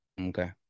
Okay